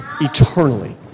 eternally